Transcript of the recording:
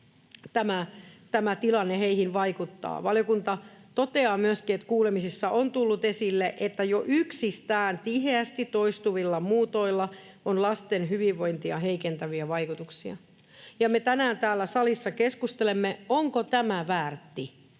tämä tilanne heihin vaikuttaa. Valiokunta toteaa myöskin, että kuulemisissa on tullut esille, että jo yksistään tiheästi toistuvilla muutoilla on lasten hyvinvointia heikentäviä vaikutuksia. Ja me tänään täällä salissa keskustelemme, onko tämä sen väärtti: